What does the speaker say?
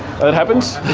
ah it happens.